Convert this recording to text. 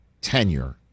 tenure